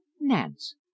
Nance